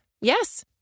Yes